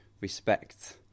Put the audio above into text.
respect